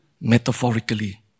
metaphorically